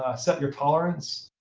ah set your tolerance.